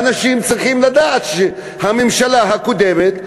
אנשים צריכים לדעת שהממשלה הקודמת,